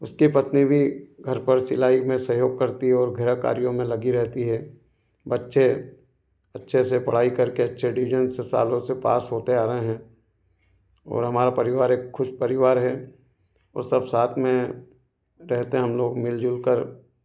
उसकी पत्नी भी घर पर सिलाई में सहयोग करती है और गृह कार्यो में लगी रहती है बच्चे अच्छे से पढ़ाई करके अच्छे से डिवीजन से पास होते आ रहे हैं और हमारा परिवार एक खुश परिवार है और सब साथ में रहते हैं हम लोग मिलजुल कर